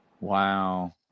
Wow